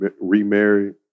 remarried